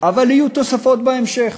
אבל יהיו תוספות בהמשך.